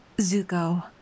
Zuko